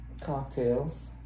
Cocktails